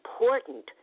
important